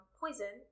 poison